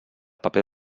paper